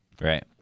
Right